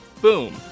Boom